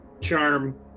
charm